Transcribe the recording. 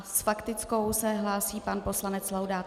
S faktickou se hlásí pan poslanec Laudát.